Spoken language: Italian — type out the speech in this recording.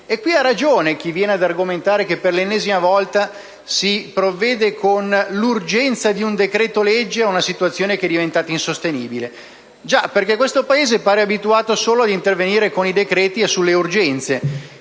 E qui ha ragione chi viene ad argomentare che, per l'ennesima volta, si provvede con l'urgenza di un decreto-legge a una situazione che è diventata insostenibile. Questo Paese, infatti, sembra abituato ad intervenire solo con i decreti e sulle urgenze,